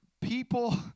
people